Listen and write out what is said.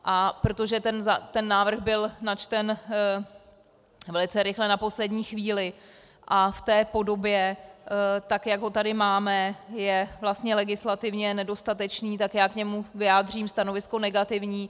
A protože ten návrh byl načten velice rychle na poslední chvíli a v té podobě, tak jak ho tady máme, je vlastně legislativně nedostatečný, tak já k němu vyjádřím stanovisko negativní.